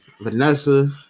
Vanessa